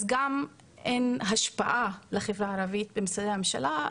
אז גם אין השפעה לחברה הערבית במשרדי הממשלה,